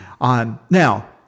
Now